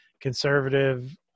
conservative